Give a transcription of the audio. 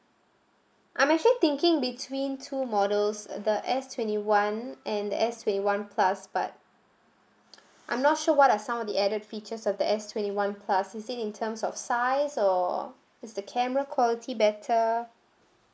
I'm actually thinking between two models the S twenty one and the S twenty one plus but I'm not sure what are some of the added features of the S twenty one plus is it in terms of size or is the camera quality better